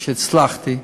שהצלחתי,